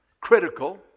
critical